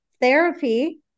therapy